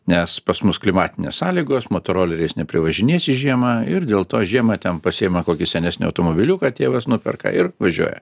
nes pas mus klimatinės sąlygos motoroleriais neprivažinėsi žiemą ir dėl to žiemą ten pasiima kokį senesnį automobiliuką tėvas nuperka ir važiuoja